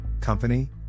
company